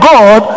God